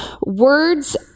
words